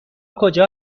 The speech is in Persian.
کجا